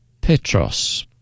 Petros